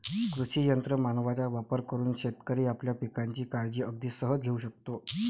कृषी यंत्र मानवांचा वापर करून शेतकरी आपल्या पिकांची काळजी अगदी सहज घेऊ शकतो